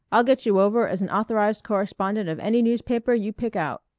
i'll get you over as an authorized correspondent of any newspaper you pick out.